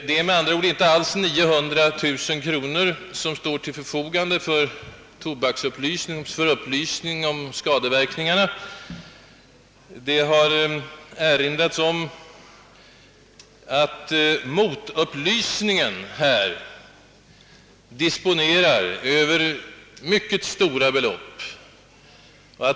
Det är med andra ord inte alls 900 000 kronor som står till förfogande för upplysning enbart om tobakens skadeverkningar. Det har här erinrats om att motupplysningen genom tobaksreklamen disponerar över mycket stora belopp.